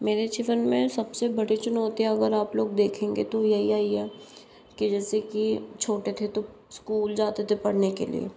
मेरे जीवन में सबसे बड़ी चुनौतियाँ अगर आप लोग देखेंगे तो वो यहीं आयी है कि जैसे कि छोटे थे तो स्कूल जाते थे पढ़ने के लिए